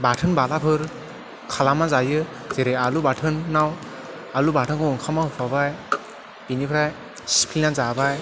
बाथोन माबाफोर खालामना जायो जेरै आलु बाथोनाव आलु बाथोनखौ ओंखामाव होफाबाय बेनिफ्राय सिफ्लेनानै जाबाय